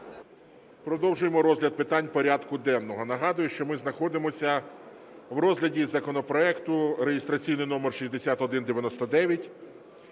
продовжуємо розгляд питань порядку денного. Нагадую, що ми находимося в розгляді законопроекту реєстраційний номер 6199,